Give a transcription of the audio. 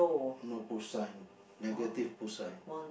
no post sign negative post sign